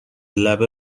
لبه